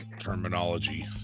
terminology